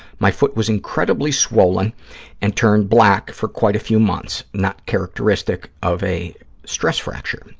my foot was incredibly swollen and turned black for quite a few months, not characteristic of a stress fracture.